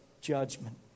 judgment